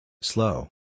Slow